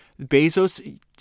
Bezos